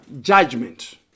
judgment